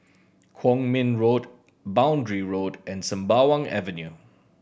Kwong Min Road Boundary Road and Sembawang Avenue